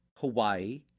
Hawaii